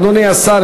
אדוני השר,